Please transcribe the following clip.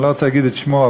אני לא רוצה להגיד את שמו,